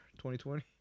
2020